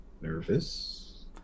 nervous